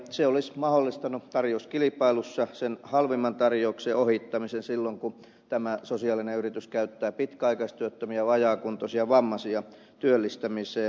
se olisi mahdollistanut tarjouskilpailussa sen halvimman tarjouksen ohittamisen silloin kun tämä sosiaalinen yritys käyttää pitkäaikaistyöttömiä vajaakuntoisia vammaisia työllistämiseen